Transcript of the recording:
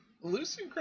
Lucy